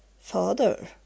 Father